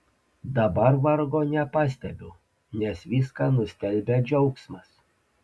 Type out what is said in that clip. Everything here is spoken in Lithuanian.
dabar vargo nepastebiu nes viską nustelbia džiaugsmas